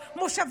או של מושבים.